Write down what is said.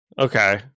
Okay